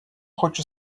хочу